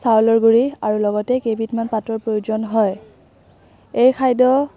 চাউলৰ গুড়ি লগতে কেইবিধমান পাতৰ প্ৰয়োজন হয় এই খাদ্য